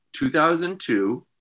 2002